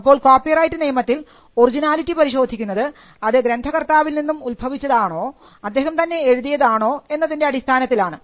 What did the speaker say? അപ്പോൾ കോപ്പിറൈറ്റ് നിയമത്തിൽ ഒറിജിനാലിറ്റി പരിശോധിക്കുന്നത് അത് ഗ്രന്ഥ കർത്താവിൽ നിന്നും ഉത്ഭവിച്ചതാണോ അദ്ദേഹം തന്നെ എഴുതിയതാണോ എന്നതിൻറെ അടിസ്ഥാനത്തിലാണ്